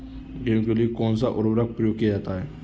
गेहूँ के लिए कौनसा उर्वरक प्रयोग किया जाता है?